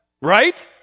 right